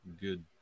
good